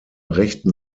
rechten